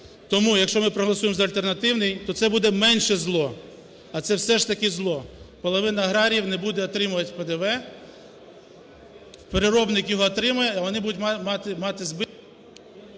Тому, якщо ми проголосуємо за альтернативний, то це буде менше зло, а це все ж таки зло: половина аграріїв не буде отримувати ПДВ, переробники його отримають, вони будуть мати…